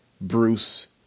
Bruce